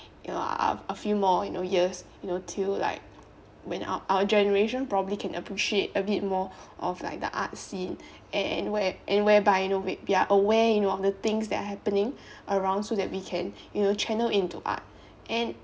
a few more you know years you know till like when ou~ our generation probably can appreciate a bit more of like the art scene and where~ and whereby you know we'r~ we're aware you know of the things that are happening around so that we can you know channel into art and